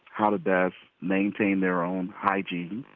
how to best maintain their own hygiene,